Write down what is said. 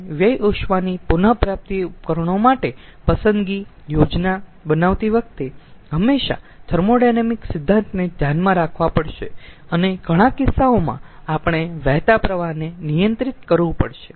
આપણે વ્યય ઉષ્માની પુન પ્રાપ્તિ ઉપકરણો માટે પસંદગી યોજના બનાવતી વખતે હંમેશાં થર્મોોડાયનેમિક સિદ્ધાંતને ધ્યાનમાં રાખવા પડશે અને ઘણા કિસ્સાઓમાં આપણે વહેતા પ્રવાહને નિયંત્રિત કરવું પડશે